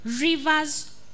rivers